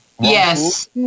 Yes